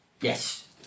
Yes